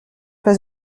pas